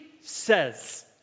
says